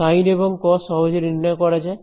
sign এবং cos সহজে নির্ণয় করা যায়